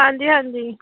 ਹਾਂਜੀ ਹਾਂਜੀ